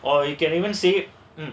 or you can even say